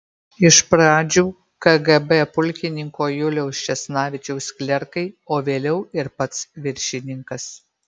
iš pradžių kgb pulkininko juliaus česnavičiaus klerkai o vėliau ir pats viršininkas